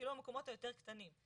כאילו המקומות היותר קטנים.